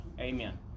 Amen